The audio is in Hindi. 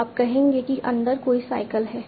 तो आप कहेंगे कि अंदर कोई साइकल है